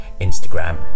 Instagram